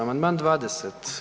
Amandman 20.